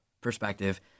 perspective